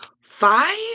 five